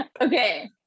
Okay